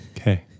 Okay